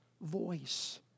voice